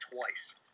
twice